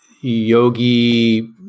yogi